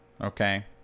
Okay